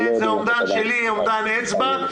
כן, זה אומדן שלי, אומדן אצבע.